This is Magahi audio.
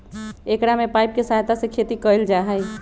एकरा में पाइप के सहायता से खेती कइल जाहई